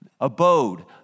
abode